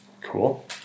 cool